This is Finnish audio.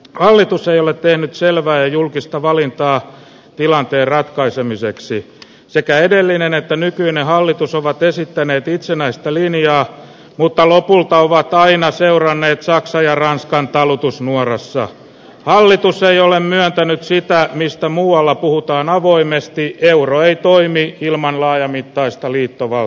hallitus ei ole tehnyt selvää julkista valintaa tilanteen ratkaisemiseksi sekä edellinen että nykyinen hallitus ovat esittäneet itsenäistä linjaa mutta lopulta ovat aina seuranneet saksa ja ranskan talutusnuorassa hallitus ei ole myöntänyt siitä mistä muualla puuta on avoimesti ja euro ei toimi ilman laajamittaista liittoval